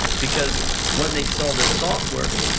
because when they sell this software,